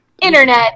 Internet